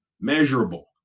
measurable